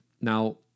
Now